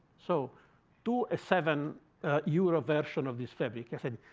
so do a seven euro version of this fabric. i said,